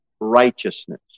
righteousness